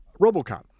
Robocop